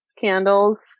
candles